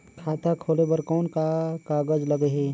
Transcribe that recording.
खाता खोले बर कौन का कागज लगही?